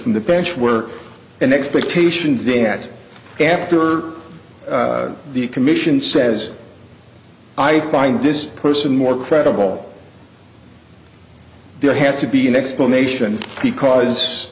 from the bench were an expectation that after the commission says i find this person more credible there has to be an explanation because